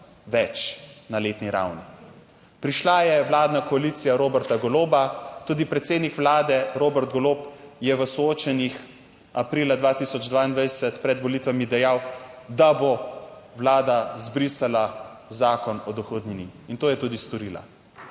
več na letni ravni. Prišla je vladna koalicija Roberta Goloba, tudi predsednik Vlade Robert Golob je v soočenjih aprila 2022 pred volitvami dejal, da bo Vlada zbrisala Zakon o dohodnini in to je tudi storila.